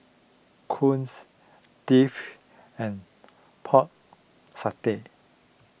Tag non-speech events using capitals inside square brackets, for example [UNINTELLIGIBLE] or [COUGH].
[UNINTELLIGIBLE] and Pork Satay